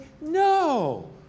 no